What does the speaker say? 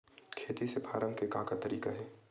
खेती से फारम के का तरीका हे?